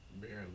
Barely